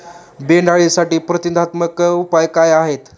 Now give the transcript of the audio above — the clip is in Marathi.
बोंडअळीसाठी प्रतिबंधात्मक उपाय काय आहेत?